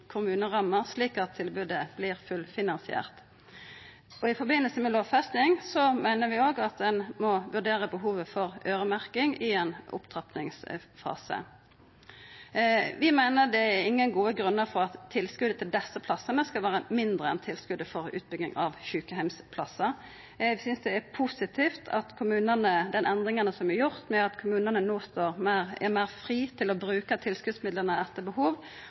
kommuneramma, slik at tilbodet vert fullfinansiert. I forbindelse med lovfesting meiner vi òg at ein må vurdera behovet for øyremerking i ein opptrappingsfase. Det er ingen gode grunnar, meiner vi, til at tilskotet til desse plassane skal vera mindre enn tilskotet til utbygging av sjukeheimsplassar. Eg synest det er positivt med dei endringane som er gjorde ved at kommunane no står meir fritt til å bruka tilskotsmidlane etter behov,